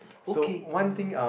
okay mm